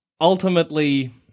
ultimately